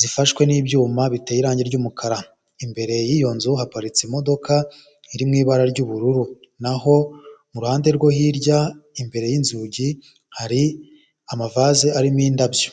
zifashwe n'ibyuma biteye irangi ry'umukara, imbere y'iyo nzu haparitse imodoka iri mu ibara ry'ubururu, naho ku ruhande rwo hirya imbere y'inzugi hari amavaze arimo indabyo.